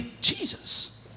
Jesus